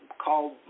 called